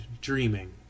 dreaming